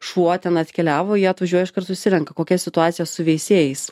šuo ten atkeliavo jie atvažiuoja iškart susirenka kokia situacija su veisėjais